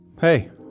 hey